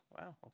wow